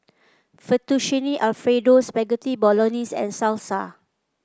Fettuccine Alfredo Spaghetti Bolognese and Salsa